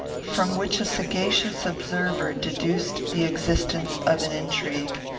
from which a sagacious observer deduced the existence of an intrigue.